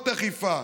פחות אכיפה,